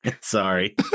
sorry